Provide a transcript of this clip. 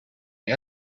nii